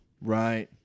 Right